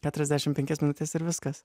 keturiasdešimt penkias minutes ir viskas